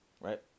right